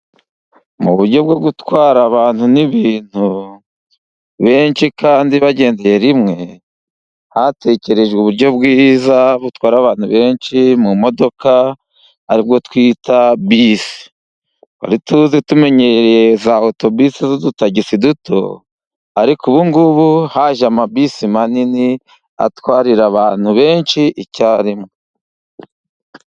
Mu buryo bwo gutwara abantu n'ibintu benshi, kandi bagendeye rimwe, hatekerejwe uburyo bwiza butwara abantu benshi mumodoka aribwo twita bisi, tuzi tumenyereye za otobisi z' udutagisi duto, ariko ubungubu haje amabisi manini, atwarira abantu benshi icyarimwe.